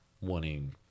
wanting